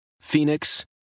Phoenix